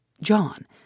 John